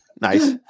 Nice